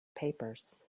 papers